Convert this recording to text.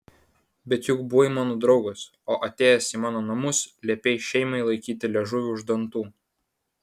bet juk buvai mano draugas o atėjęs į mano namus liepei šeimai laikyti liežuvį už dantų